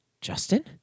Justin